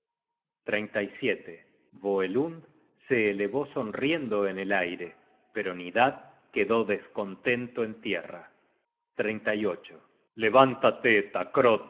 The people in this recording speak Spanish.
voelund se elevó sonriendo en el aire pero nidad quedó descontento en tierra levántate